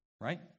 Right